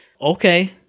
okay